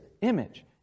image